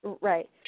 right